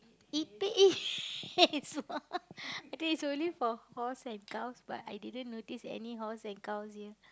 eating it's for I think it's only for horse and cows but I didn't notice any horse and cows here